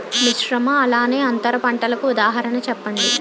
మిశ్రమ అలానే అంతర పంటలకు ఉదాహరణ చెప్పండి?